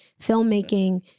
filmmaking